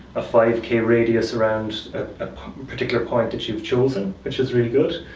a five k radius around a particular point that you have chosen, which is really good.